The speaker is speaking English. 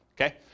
okay